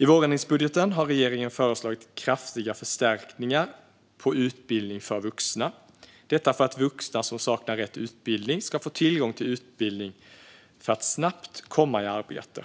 I vårändringsbudgeten har regeringen föreslagit kraftiga förstärkningar av utbildning för vuxna, detta för att vuxna som saknar rätt utbildning ska få tillgång till utbildning för att snabbt komma i arbete.